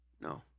No